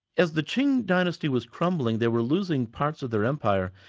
as the qing dynasty was crumbling, they were losing parts of their empire,